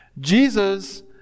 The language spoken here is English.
Jesus